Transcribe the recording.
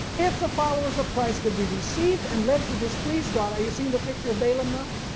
if the followers of christ could be deceived and led to displease god, are you seen the picture of balaam now?